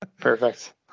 Perfect